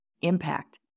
impact